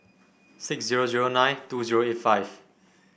six zero zero nine two zero eight five